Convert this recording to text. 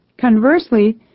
Conversely